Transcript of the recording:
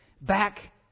back